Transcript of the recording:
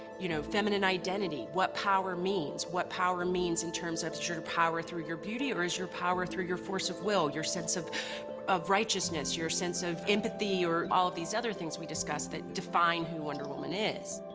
you know, feminine identity, what power means, what power means in terms of, ls your power through your beauty, or is your power through your force of will? your sense of of righteousness, your sense of empathy? or all these other things we discuss that define who wonder woman is.